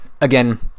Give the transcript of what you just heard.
again